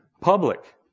public